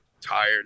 tired